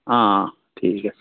অঁ ঠিক আছে